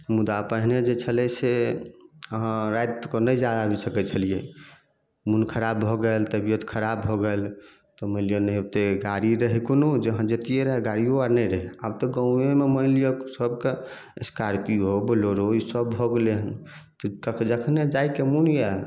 मुदा पहिने जे छलै से अहाँ रातिके नहि जा आबि सकैत छलिए मोन खराब भऽ गेल तबिअत खराब भऽ गेल तऽ मानि लिअ नहि ओतेक गाड़ी रहै कोनो जे अहाँ जइतिए रऽ गाड़ियो आर नहि रहए आब तऽ गाँवएमे मानि लिअ सबके स्कार्पियो बोलेरो ईसब भऽ गेलै हन तऽ जखने जाइके मोन यऽ